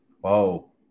Whoa